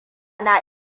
na